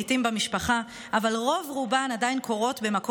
לפעמים במשפחה,